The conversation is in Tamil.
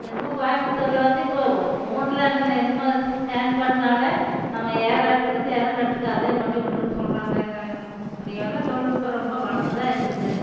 அது என்னமோ கோயம்புத்தூரில் வந்து இப்போ ஃபோனில் அந்த என்னமோ ஸ்கேன் பண்ணிணாலே நம்ம ஏறுகிற இடத்துலேருந்து இறங்குற இடத்துக்கு அதே கொண்டுவிட்டுருன்னு சொல்கிறாங்க இத வந்து இப்படியெல்லாம் தொழில்நுட்பம் ரொம்ப வளந்துதான் இருக்குது